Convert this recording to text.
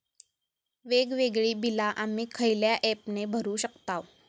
वेगवेगळी बिला आम्ही खयल्या ऍपने भरू शकताव?